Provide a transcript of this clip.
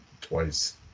twice